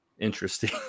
interesting